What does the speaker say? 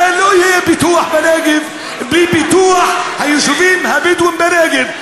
הרי לא יהיה פיתוח בנגב בלי פיתוח היישובים הבדואיים בנגב.